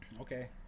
Okay